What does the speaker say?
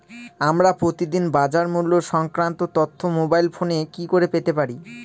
আমরা প্রতিদিন বাজার মূল্য সংক্রান্ত তথ্য মোবাইল ফোনে কি করে পেতে পারি?